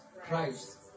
Christ